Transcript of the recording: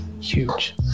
huge